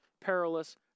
perilous